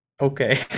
Okay